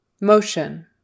Motion